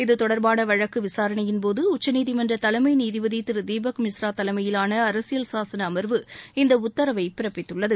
இது தொடர்பான வழக்கு விசாரணையின்போது உச்சநீதிமன்ற தலைமை நீதிபதி திரு தீபக் மிஸ்ரா தலைமையிலான அரசியல் சாசன அமர்வு இந்த உத்தரவை பிறப்பித்துள்ளது